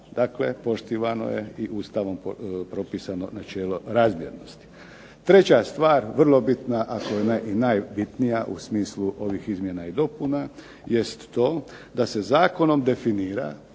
Dakle, poštivano je i Ustavom propisano načelo razmjernosti. Treća stvar vrlo bitna ako ne i najbitnija u smislu ovih izmjena i dopuna jest to da se zakonom definira